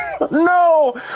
No